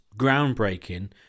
groundbreaking